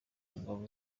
ingabo